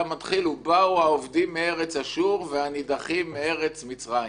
מתחיל: "ובאו העובדים מארץ אשור והנידחים מארץ מצרים